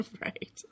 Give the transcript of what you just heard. Right